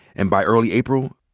and by early april,